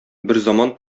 берзаман